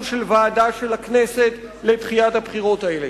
של ועדה של הכנסת לדחיית הבחירות האלה.